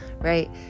right